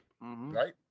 right